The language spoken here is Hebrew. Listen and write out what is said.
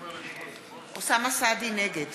סעדי, נגד